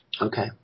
Okay